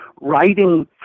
Writing